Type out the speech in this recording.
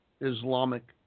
Islamic